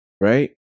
right